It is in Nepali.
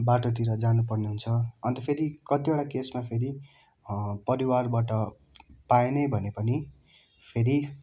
बाटोतिर जानु पर्ने हुन्छ अन्त फेरि कतिवटा केसमा फेरि परिवारबाट पाए नै भने पनि फेरि